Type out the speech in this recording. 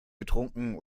getrunken